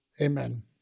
Amen